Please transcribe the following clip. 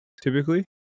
typically